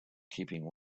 keeping